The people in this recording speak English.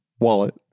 wallet